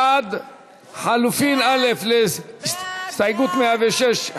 קבוצת סיעת יש עתיד, קבוצת סיעת הרשימה